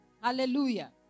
Hallelujah